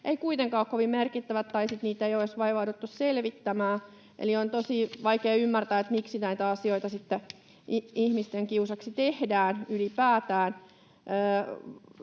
eivät kuitenkaan ole kovin merkittävät tai sitten niitä ei ole edes vaivauduttu selvittämään. Eli on tosi vaikea ymmärtää, miksi näitä asioita sitten ihmisten kiusaksi tehdään ylipäätään.